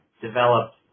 developed